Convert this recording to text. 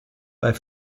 bei